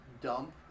dump